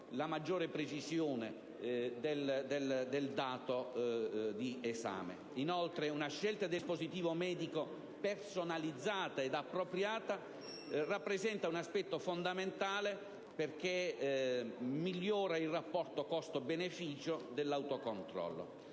la maggiore precisione del dato di esame. Inoltre, una scelta del dispositivo medico personalizzata ed appropriata rappresenta un aspetto fondamentale, perché migliora il rapporto costo-beneficio dell'autocontrollo.